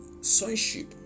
sonship